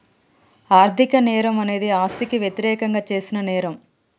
ఆర్థిక నేరం అనేది ఆస్తికి వ్యతిరేకంగా చేసిన నేరం